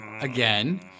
again